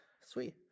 Sweet